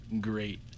great